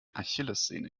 achillessehne